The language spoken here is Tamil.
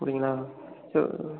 அப்படிங்களா சரி